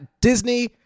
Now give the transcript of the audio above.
Disney